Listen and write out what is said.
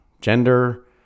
gender